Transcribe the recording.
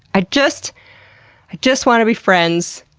i just just want to be friends.